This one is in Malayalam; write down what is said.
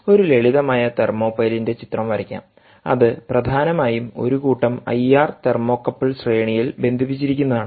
ഒരു ലളിതമായ തെർമോപൈലിന്റെ ചിത്രം വരയ്ക്കാം അത് പ്രധാനമായും ഒരു കൂട്ടം ഐആർ തെർമോകപ്പിൾ ശ്രേണിയിൽ ബന്ധിപ്പിച്ചിരിക്കുന്നതാണ്